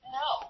no